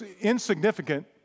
insignificant